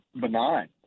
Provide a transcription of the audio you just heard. benign